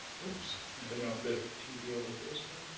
oops, i dunno if the tv over here is working?